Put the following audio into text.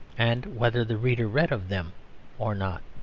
and whether the reader read of them or not.